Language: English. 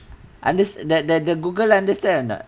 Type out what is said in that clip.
under~ that that the google understand or not